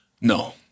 No